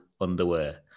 underwear